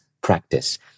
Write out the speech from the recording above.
practice